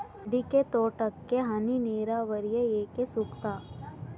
ಅಡಿಕೆ ತೋಟಕ್ಕೆ ಹನಿ ನೇರಾವರಿಯೇ ಏಕೆ ಸೂಕ್ತ?